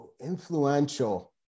influential